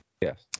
Yes